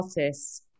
artists